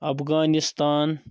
Afghanistan